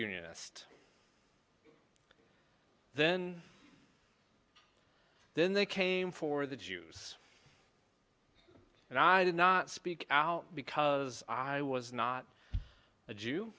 unionist then then they came for the jews and i did not speak out because i was not a jew